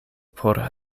por